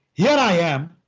yeah i am,